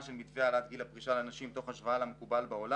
של מתווה העלאת גיל הפרישה לנשים תוך השוואה למקובל בעולם,